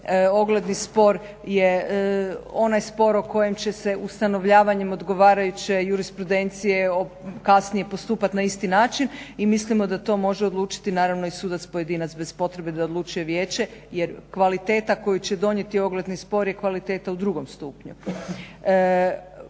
ogledni spor je onaj spor u kojem će se ustanovljavanjem odgovarajuće jurispodencije kasnije postupati na isti način i mislimo da to može odlučiti i sudac pojedinac bez potrebe da odlučuje vijeće jer kvaliteta koju će donijeti ogledni spor je kvaliteta u drugom stupnju.